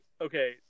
okay